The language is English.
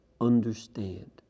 understand